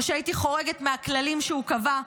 או שהייתי חורגת מהכללים שהוא קבע,